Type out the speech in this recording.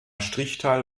teil